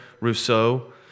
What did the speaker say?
Rousseau